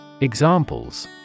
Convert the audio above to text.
Examples